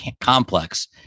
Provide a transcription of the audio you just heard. complex